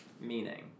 Meaning